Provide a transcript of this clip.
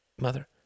mother